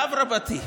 לאו רבתי.